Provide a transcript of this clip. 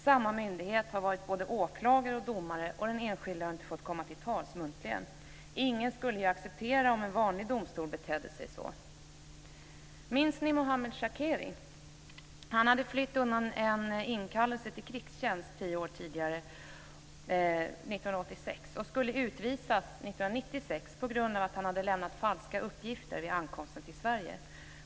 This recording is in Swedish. Samma myndighet har varit både åklagare och domare, och den enskilde har inte fått komma till tals muntligen. Ingen skulle acceptera om en vanlig domstol betedde sig så. Minns ni fallet Mohammed Shakeri 1996? Han hade tio år tidigare, 1986, flytt undan en inkallelse till krigstjänst och skulle utvisas på grund av att han hade lämnat falska uppgifter vid ankomsten till Sverige.